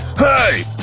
hey!